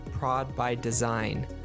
prodbydesign